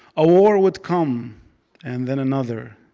a war would come and then another,